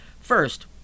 First